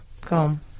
Come